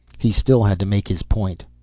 he still had to make his point.